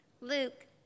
Luke